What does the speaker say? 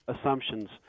assumptions